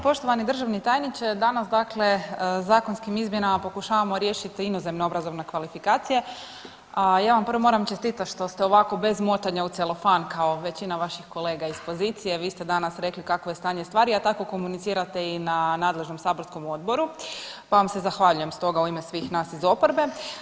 Poštovani državni tajniče, danas dakle zakonskim izmjenama pokušavamo riješit inozemne obrazovne kvalifikacije, a ja vam prvo moram čestitat što ste ovako bez motanja u celofan kao većina vaših kolega iz pozicije vi ste danas rekli kakvo je stanje stvari, a tako komunicirate i na nadležnom saborskom odboru, pa vam se zahvaljujem stoga u ime svih nas iz oporbe.